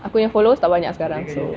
aku punya followers tak banyak sekarang so